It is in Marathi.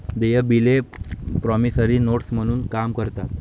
देय बिले प्रॉमिसरी नोट्स म्हणून काम करतात